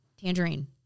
Tangerine